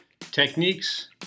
techniques